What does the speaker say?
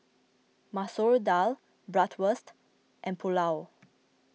Masoor Dal Bratwurst and Pulao